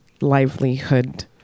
livelihood